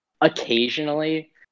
occasionally